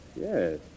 yes